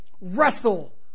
Wrestle